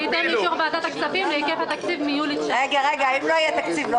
אישור ועדת הכספים להיקף התקציב מיולי 2019. אם יהיה תקציב,